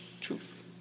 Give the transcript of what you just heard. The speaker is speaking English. truth